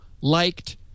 liked